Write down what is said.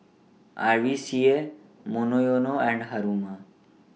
R V C A Monoyono and Haruma